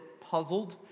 puzzled